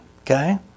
Okay